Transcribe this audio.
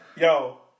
yo